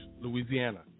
Louisiana